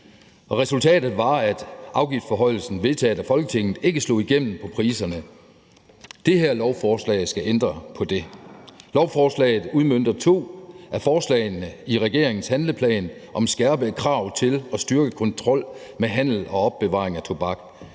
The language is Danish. resultatet var, at afgiftsforhøjelsen vedtaget af Folketinget ikke slog igennem på priserne. Det her lovforslag skal ændre på det. Lovforslaget udmønter to af forslagene i regeringens handleplan om skærpede krav til at styrke kontrol med handel og opbevaring af tobak.